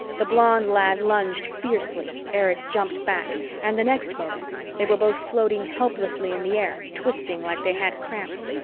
the blond lad lunged fiercely, erich jumped back, and the next moment they were both floating helplessly in the air, twisting like they had cramps.